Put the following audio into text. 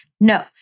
No